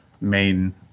main